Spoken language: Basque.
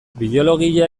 biologia